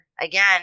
again